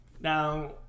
Now